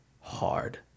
hard